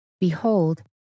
Behold